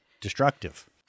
destructive